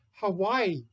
Hawaii